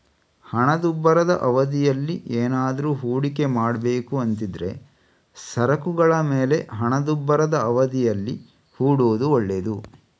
ಹಣದುಬ್ಬರದ ಅವಧಿಯಲ್ಲಿ ಏನಾದ್ರೂ ಹೂಡಿಕೆ ಮಾಡ್ಬೇಕು ಅಂತಿದ್ರೆ ಸರಕುಗಳ ಮೇಲೆ ಹಣದುಬ್ಬರದ ಅವಧಿಯಲ್ಲಿ ಹೂಡೋದು ಒಳ್ಳೇದು